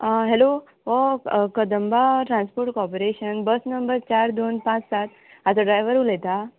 आं हॅलो हो Kadamba transport corporation bus number चार दोन पांच सात हाचो ड्रायव्हर उलयता